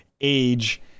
age